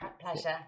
pleasure